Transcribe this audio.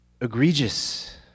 egregious